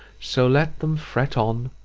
so let them fret on,